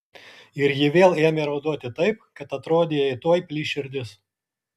ir ji vėl ėmė raudoti taip kad atrodė jai tuoj plyš širdis